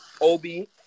Obi